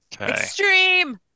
Extreme